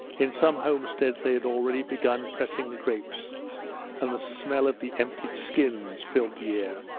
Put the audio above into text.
in some homesteads they had already begun pressing the grapes and the smell of the emptied skins filled the air.